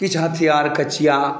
किछु हथियार कचिया